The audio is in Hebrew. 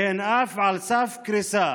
והן אף על סף קריסה.